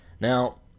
Now